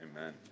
Amen